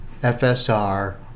FSR